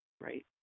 right